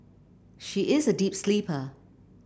she is a deep sleeper